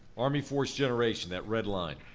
army force generation, that red line.